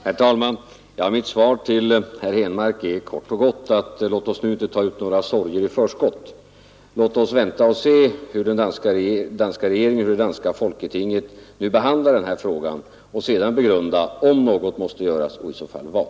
Herr talman! Mitt svar till herr Henmark är kort och gott: Låt oss nu inte ta ut några sorger i förskott. Låt oss vänta och se hur den danska regeringen och det danska folketinget behandlar denna fråga, och låt oss sedan begrunda om något måste göras och i så fall vad.